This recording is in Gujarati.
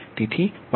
તેથીY22y12y23